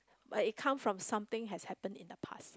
but it come from something has happen in the past